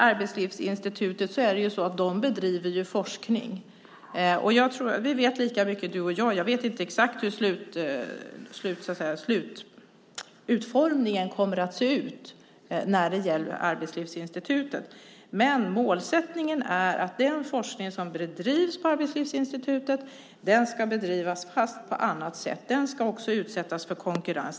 Arbetslivsinstitutet bedriver ju forskning. Vi vet lika mycket du och jag. Jag vet inte exakt hur utformningen kommer att se ut när det gäller Arbetslivsinstitutet. Målsättningen är att den forskning som bedrivs på Arbetslivsinstitutet ska bedrivas, men på annat sätt. Den ska också utsättas för konkurrens.